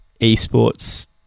esports